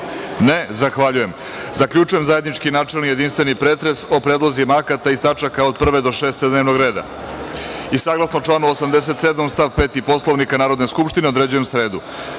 Ne. Zahvaljujem. Zaključujem zajednički načelni i jedinstveni pretres o predlozima akata iz tačaka od 1. do 6. dnevnog reda. Saglasno članu 87. stav 5. Poslovnika Narodne skupštine, određujem sredu,